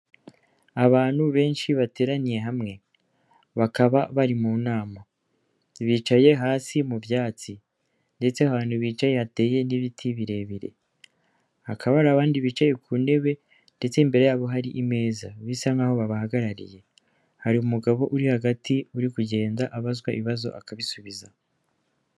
Abantu benshi bateraniye hamwe, bakaba bari mu nama bicaye hasi mu byatsi ndetse abantu bicaye hateye n'ibiti birebire, hakaba hari abandi bicaye ku ntebe ndetse imbere yabo hari imeza bisa nkaho babahagarariye, hari umugabo uri hagati uri kugenda abazwa ibibazo akabisubiza.